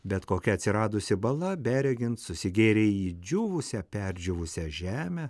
bet kokia atsiradusi bala beregint susigėrė į džiūvusią perdžiūvusią žemę